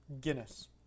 Guinness